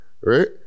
right